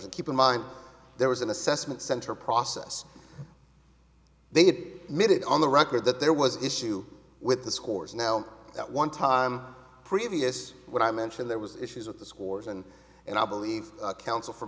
and keep in mind there was an assessment center process they'd made it on the record that there was an issue with the scores now at one time previous what i mentioned there was issues with the scores and and i believe counsel for